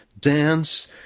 dance